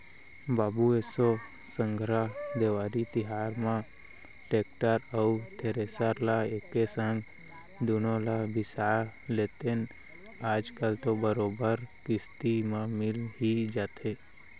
बाबू एसो संघरा देवारी तिहार म टेक्टर अउ थेरेसर ल एके संग दुनो ल बिसा लेतेन आज कल तो बरोबर किस्ती म मिल ही जाथे